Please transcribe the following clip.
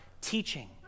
teaching